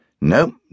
No